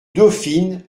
dauphine